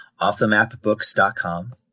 OffTheMapBooks.com